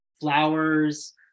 flowers